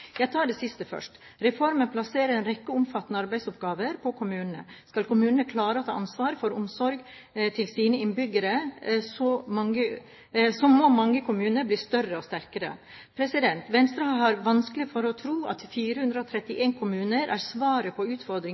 Jeg tar det siste først: Reformen plasserer en rekke omfattende arbeidsoppgaver på kommunene. Skal kommunene klare å ta ansvaret for omsorgen til sine innbyggere, må mange kommuner bli større og sterkere. Venstre har vanskelig for å tro at 431 kommuner er svaret på